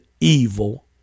evil